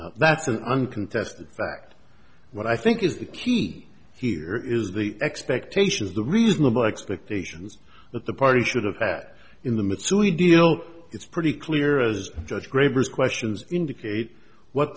t that's an uncontested fact what i think is the key here is the expectations the reasonable expectations that the party should have had in the midst to a deal it's pretty clear as judge ravers questions indicate what